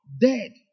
dead